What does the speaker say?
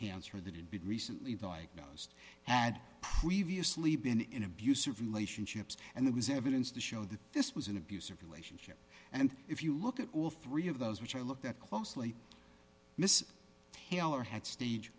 cancer that had been recently diagnosed and previously been in abusive relationships and there was evidence to show that this was an abusive relation and if you look at all three of those which i looked at closely miss taylor had stage